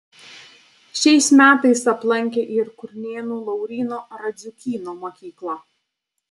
šiais metais aplankė ir kurnėnų lauryno radziukyno mokyklą